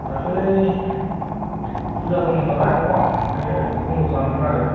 दाख्लै फुजा दंमोन नालाय न'आव ओंखायनो बन्द' खालामदोंमोन आरो